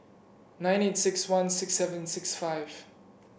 nine eight six one six seven six five